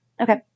Okay